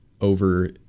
over